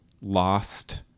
lost